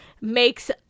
makes